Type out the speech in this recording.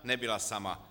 Nebyla sama.